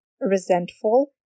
resentful